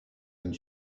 une